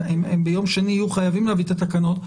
ביום שני הם יהיו חייבים להביא את התקנות.